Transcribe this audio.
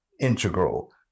integral